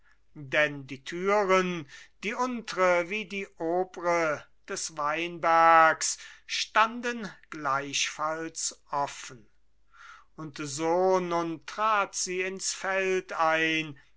denn die türen die untre sowie die obre des weinbergs standen gleichfalls offen und so nun trat sie ins feld ein